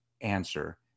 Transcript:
answer